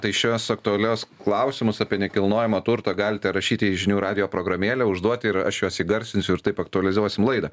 tai šiuos aktualiuos klausimus apie nekilnojamą turtą galite rašyti žinių radijo programėlėj užduoti ir aš juos įgarsinsiu ir taip aktualizuosim laidą